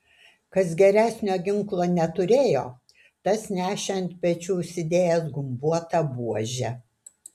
kas geresnio ginklo neturėjo tas nešė ant pečių užsidėjęs gumbuotą buožę